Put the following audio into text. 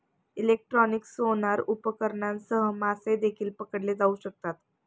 electronic sonar उपकरणांसह मासे देखील पकडले जाऊ शकतात